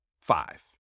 five